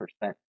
percent